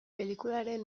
pelikularen